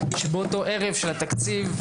שבאותו ערב של התקציב,